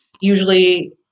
Usually